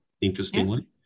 Interestingly